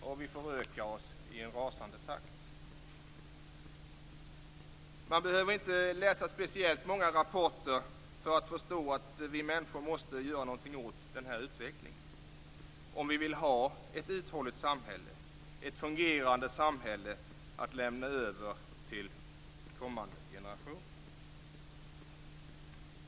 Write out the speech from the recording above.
Vi förökar oss i en rasande takt. Man behöver inte läsa speciellt många rapporter för att förstå att vi människor måste göra något åt utvecklingen, om vi vill få ett uthålligt samhälle, ett fungerande samhälle att lämna över till kommande generationer.